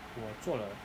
我做了